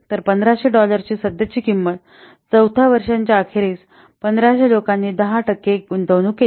तर 1500 डॉलरची सध्याची किंमत चौथ्या वर्षाच्या अखेरीस 1500 लोकांनी 10 टक्के गुंतवणूक केली